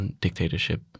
dictatorship